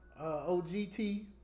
OGT